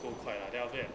不够快 then after that